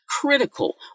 critical